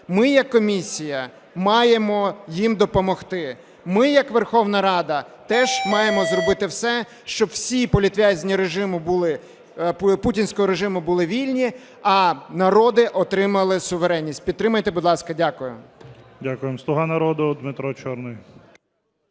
Ми як комісія маємо їм допомогти. Ми як Верховна Рада теж маємо зробити все, щоб всі політв'язні путінського режиму були вільні, а народи отримали суверенність. Підтримайте, будь ласка. Дякую. ГОЛОВУЮЧИЙ. Дякуємо. "Слуга народу", Дмитро Чорний.